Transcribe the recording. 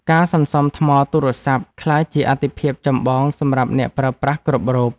ការសន្សំថ្មទូរស័ព្ទដៃ ក្លាយជាអាទិភាពចម្បងសម្រាប់អ្នកប្រើប្រាស់គ្រប់រូប។